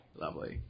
Lovely